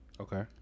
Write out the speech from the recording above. okay